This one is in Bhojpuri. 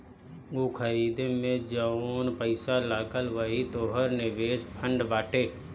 ऊ खरीदे मे जउन पैसा लगल वही तोहर निवेश फ़ंड बाटे